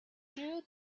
due